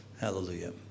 Hallelujah